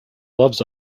loves